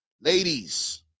Ladies